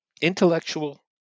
intellectual